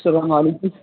السلام علیکم